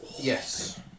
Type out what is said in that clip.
Yes